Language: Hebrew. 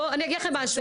אני אגיד לכם משהו,